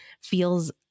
feels